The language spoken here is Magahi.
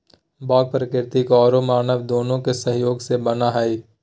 बाग प्राकृतिक औरो मानव दोनों के सहयोग से बना हइ